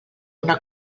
una